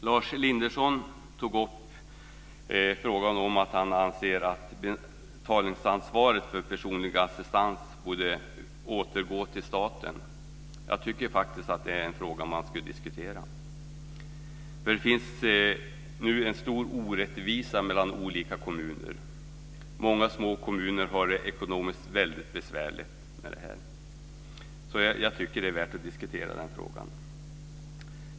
Lars Elindersson tog upp att han anser att betalningsansvaret för personlig assistans borde återgå till staten. Jag tycker faktiskt att det är en fråga man kan diskutera. Det finns nu en stor orättvisa mellan olika kommuner. Många små kommuner har väldiga besvär ekonomiskt med detta. Jag tycker alltså att det är värt att diskutera den frågan.